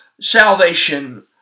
salvation